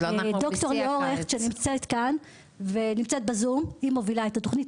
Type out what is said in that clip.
ד"ר ליאור הכט שנמצאת כאן בזום היא מובילה את התוכנית,